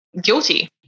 guilty